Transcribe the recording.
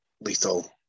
lethal